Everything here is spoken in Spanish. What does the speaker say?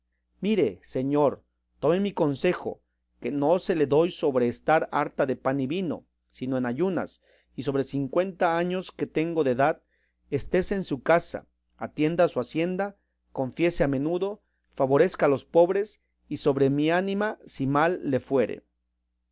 mire señor tome mi consejo que no se le doy sobre estar harta de pan y vino sino en ayunas y sobre cincuenta años que tengo de edad estése en su casa atienda a su hacienda confiese a menudo favorezca a los pobres y sobre mi ánima si mal le fuere